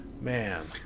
Man